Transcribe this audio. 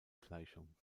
gleichung